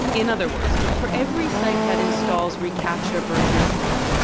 in other words, for every site that installs recaptcha version three,